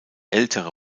ältere